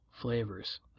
flavors